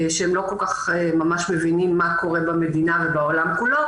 שהם לא כל כך ממש מבינים מה קורה במדינה ובעולם כולו,